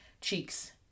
Cheeks